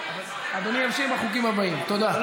תמשיך בחוקים הבאים, אדוני.